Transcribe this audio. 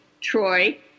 Troy